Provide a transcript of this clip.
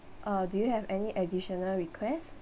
uh do you have any additional request